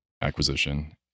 acquisition